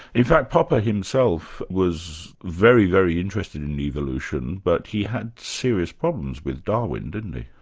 in fact popper himself was very, very interested in evolution, but he had serious problems with darwin, didn't he?